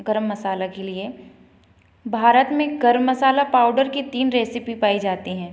गरम मसाले के लिए भारत में गरम मसाला पाउडर के तीन रेसिपी पाई जाती हैं